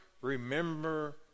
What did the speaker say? remember